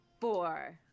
four